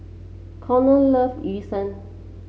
Corrie love Yu Sheng